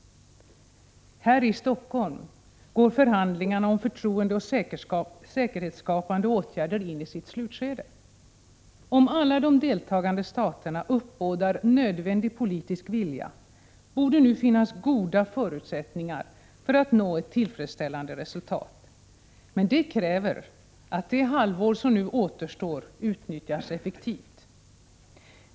Här i Helsingfors går förhandlingarna om förtroendeoch säkerhetsskapan de åtgärder in i sitt slutskede. Om alla de deltagande staterna uppbådar nödvändig politisk vilja borde nu finnas goda förutsättningar för att nå ett tillfredsställande resultat. Men detta kräver att det halvår som nu återstår utnyttjas effektivt.